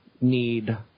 need